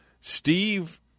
Steve